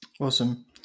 Awesome